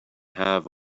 have